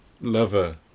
lover